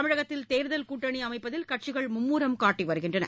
தமிழகத்தில் தேர்தல் கூட்டணி அமைப்பதில் கட்சிகள் மும்முரம் காட்டி வருகின்றன